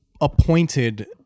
appointed